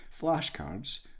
flashcards